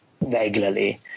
regularly